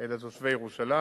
לתושבי ירושלים.